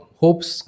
hopes